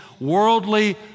worldly